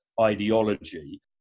ideology